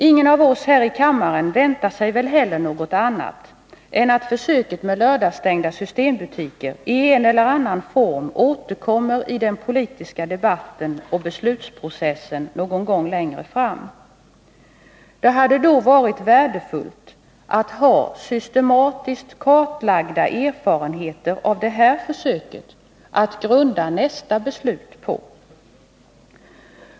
Ingen av oss här i kammaren väntar sig väl heller något annat än att försöket med lördagsstängda systembutiker i en eller annan form återkommeri den politiska debatten och i beslutsprocessen någon gång längre fram. Det hade då varit värdefullt att ha systematiskt kartlagda erfarenheter av det här försöket att grunda nästa beslut på.